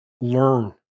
learn